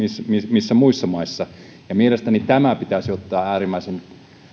kuin muissa maissa mielestäni tämä pitäisi ottaa äärimmäisen